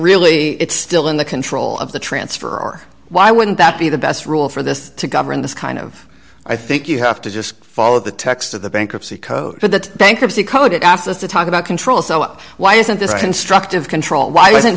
really it's still in the control of the transfer or why wouldn't that be the best rule for this to govern this kind of i think you have to just follow the text of the bankruptcy code for that bankruptcy code it asks us to talk about control so why isn't this constructive control why wasn't